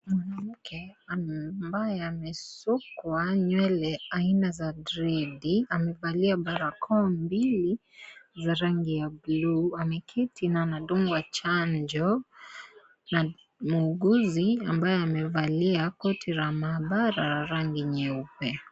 Mwanamke ambaye amesukwa nywele aina ya dredi amevalia barakoa mbili za rangi ya buluu, ameketi na anadungwa chanjo na muuguzi ambaye amevalia koti la maabala la rangi nyeupe.